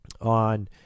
On